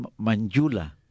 Manjula